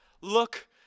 Look